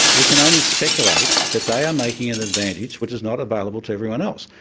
we can only speculate that they are making an advantage which is not available to everyone else,